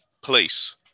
police